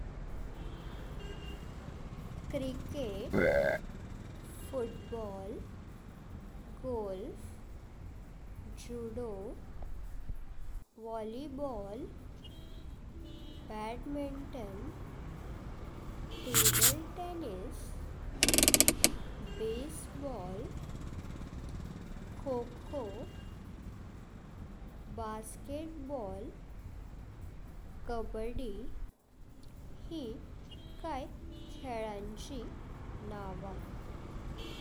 Cricket, football, golf, judo, volleyball, badminton, table tennis, baseball, kho kho, basketball, kabaddi हे काई खेळांची नांव।